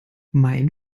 mein